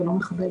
הדס תגרי,